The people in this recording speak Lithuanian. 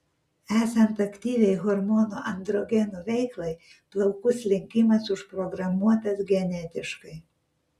esant aktyviai hormonų androgenų veiklai plaukų slinkimas užprogramuotas genetiškai